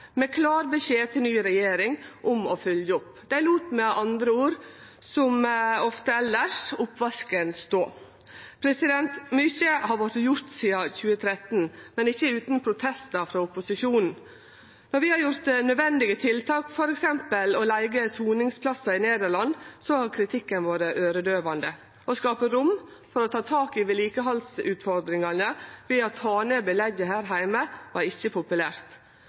med klar beskjed til ny regjering om å følgje opp. Dei lét med andre ord – som ofte elles – oppvasken stå. Mykje har vorte gjort sidan 2013, men ikkje utan protestar frå opposisjonen. Når vi har gjort nødvendige tiltak, som f.eks. å leige soningsplassar i Nederland, har kritikken vore øyredøyvande. Å skape rom for å ta tak i vedlikehaldsutfordringane ved å ta ned belegget her heime var ikkje populært.